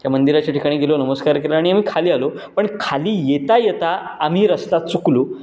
त्या मंदिराच्या ठिकाणी गेलो नमस्कार केला आणि आम्ही खाली आलो पण खाली येता येता आम्ही रस्ता चुकलो